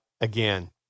again